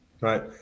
Right